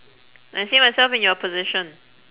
I see myself in your position